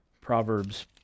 Proverbs